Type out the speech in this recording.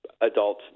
adult